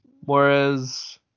Whereas